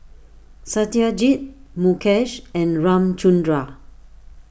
Satyajit Mukesh and Ramchundra